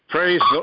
Praise